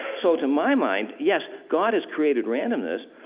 so, to my mind, yes, god has created randomness,